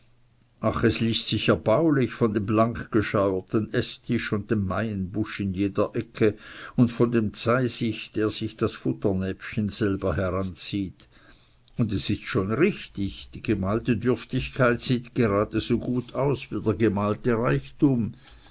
es liest sich erbaulich von dem blankgescheuerten eßtisch und dem maienbusch in jeder ecke und von dem zeisig der sich das futternäpfchen selber heranzieht und es ist schon richtig die gemalte dürftigkeit sieht geradeso gut aus wie der gemalte reichtum